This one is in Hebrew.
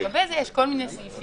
על גבי זה יש כל מיני סעיפים,